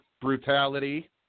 brutality